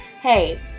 Hey